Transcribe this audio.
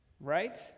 right